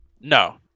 No